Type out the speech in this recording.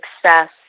success